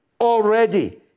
already